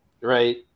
Right